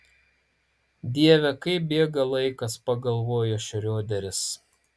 dieve kaip bėga laikas pagalvojo šrioderis